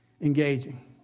engaging